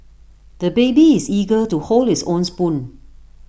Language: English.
the baby is eager to hold his own spoon